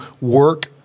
work